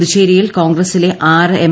പുതുച്ചേരിയിൽ കോൺഗ്രസിലെ ആറ് എം